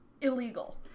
illegal